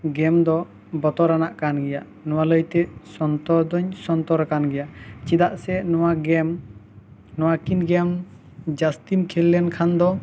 ᱜᱮᱢ ᱫᱚ ᱵᱚᱛᱚᱨᱟᱱᱟᱜ ᱠᱟᱱ ᱜᱤᱭᱟ ᱱᱚᱣᱟ ᱞᱟᱹᱭ ᱛᱮ ᱥᱚᱱᱛᱚᱨ ᱫᱚᱧ ᱥᱚᱱᱛᱚᱨ ᱟᱠᱟᱱ ᱜᱤᱭᱟ ᱪᱮᱫᱟᱜ ᱥᱮ ᱱᱚᱣᱟ ᱜᱮᱢ ᱱᱚᱣᱟ ᱠᱤᱱ ᱜᱮᱢ ᱡᱟᱹᱥᱛᱤᱧ ᱠᱷᱮᱞ ᱞᱮᱱ ᱠᱷᱟᱱ ᱫᱚ